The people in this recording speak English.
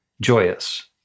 joyous